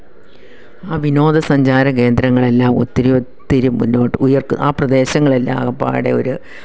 ആ വിനോദസഞ്ചാര കേന്ദ്രങ്ങളെല്ലാം ഒത്തിരി ഒത്തിരി മുന്നോട്ടു ഉയർക്ക് ആ പ്രദേശങ്ങളെല്ലാം ആകപ്പാടെ ഒര്